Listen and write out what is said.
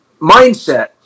mindset